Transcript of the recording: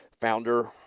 founder